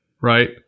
Right